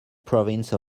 province